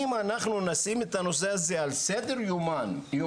אם אנחנו נשים אתת הנושא הזה על סדר יומנו,